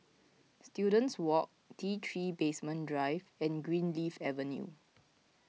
Students Walk T three Basement Drive and Greenleaf Avenue